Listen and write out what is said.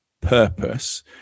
purpose